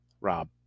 Rob